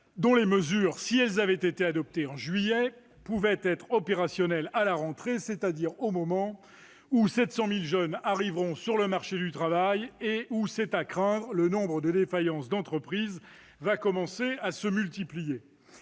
dont les mesures, si elles avaient été adoptées en juillet, auraient pu être opérationnelles à la rentrée, au moment notamment où 700 000 jeunes arriveront sur le marché du travail et où, c'est à craindre, le nombre des défaillances d'entreprises va commencer à augmenter.